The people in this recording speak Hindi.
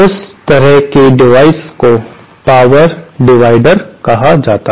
उस तरह के डिवाइस को पावर डिवीडर कहा जाता है